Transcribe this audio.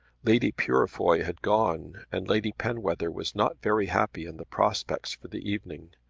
lady purefoy had gone, and lady penwether was not very happy in the prospects for the evening.